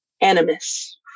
animus